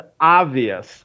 obvious